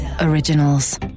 originals